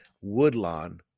Woodlawn